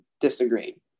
disagree